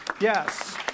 yes